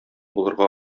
булырга